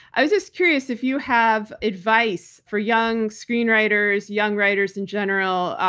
i was just curious if you have advice for young screenwriters, young writers in general,